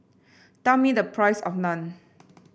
tell me the price of Naan